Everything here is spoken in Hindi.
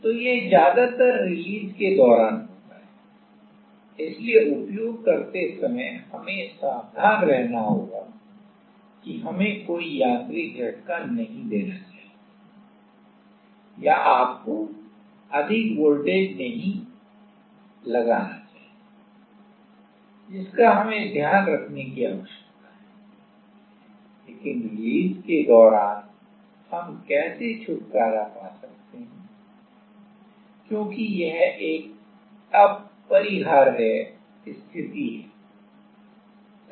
तो यह ज्यादातर रिलीज के दौरान होता है इसलिए उपयोग करते समय हमें सावधान रहना होगा कि हमें कोई यांत्रिक झटका नहीं देना चाहिए या आपको अधिक वोल्टेज नहीं लगाना चाहिए जिसका हमें ध्यान रखने की आवश्यकता है लेकिन रिलीज के दौरान हम कैसे छुटकारा पा सकते हैं क्योंकि यह एक अपरिहार्य स्थिति है सही